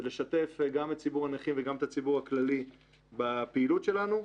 ולשתף גם את ציבור הנכים וגם את הציבור הכללי בפעילות שלנו.